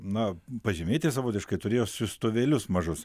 na pažymėti savotiškai turėjo siųstuvėlius mažus